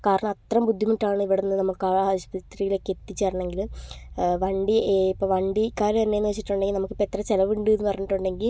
കാരണം അത്രയും ബുദ്ധിമുട്ടാണ് ഇവിടുന്ന് നമുക്ക് ആ ഒരു ആശുപത്രയിലേക്ക് എത്തിച്ചേരണമെങ്കിൽ വണ്ടി ഇപ്പം വണ്ടിക്കാർ തന്നെ എന്ന് വെച്ചിട്ടുണ്ടെങ്കിൽ നമുക്ക് ഇപ്പോൾ എത്ര ചിലവ് ഉണ്ട് എന്ന് പറഞ്ഞിട്ടുണ്ടെങ്കിൽ